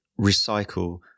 recycle